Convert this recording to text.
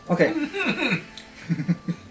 Okay